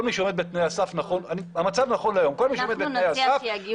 נכון להיום כל מי שעומד בתנאי הסף,